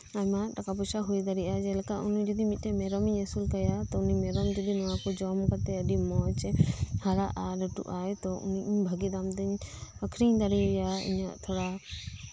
ᱟᱭᱢᱟ ᱴᱟᱠᱟ ᱯᱚᱭᱥᱟ ᱦᱩᱭ ᱫᱟᱲᱮᱭᱟᱜᱼᱟ ᱩᱱᱤ ᱡᱚᱫᱤ ᱢᱚᱫᱴᱮᱱ ᱢᱮᱨᱚᱢ ᱤᱧ ᱟᱹᱥᱩᱞ ᱠᱟᱭᱟ ᱛᱚ ᱩᱱᱤ ᱢᱮᱨᱚᱢ ᱡᱚᱫᱤ ᱱᱚᱣᱟ ᱠᱚ ᱡᱚᱢ ᱠᱟᱛᱮᱜ ᱟᱹᱰᱤ ᱢᱚᱸᱡᱽᱼᱮ ᱦᱟᱨᱟᱜᱼᱟ ᱛᱚ ᱤᱧ ᱵᱷᱟᱹᱜᱤ ᱫᱟᱢ ᱛᱤᱧ ᱟᱠᱷᱨᱤᱧ ᱫᱟᱲᱮ ᱟᱭᱟ ᱤᱧᱟᱹᱜ ᱛᱷᱚᱲᱟ